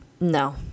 No